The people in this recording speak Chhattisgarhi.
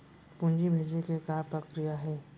पूंजी भेजे के का प्रक्रिया हे?